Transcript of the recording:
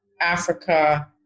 Africa